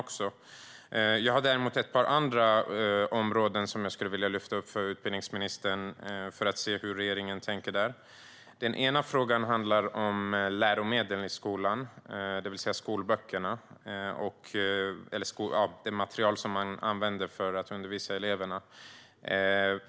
Jag skulle vilja lyfta upp några andra områden, för att se hur regeringen och utbildningsministern tänker. En fråga handlar om läromedlen i skolan, det vill säga det material man använder för att undervisa eleverna.